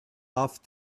off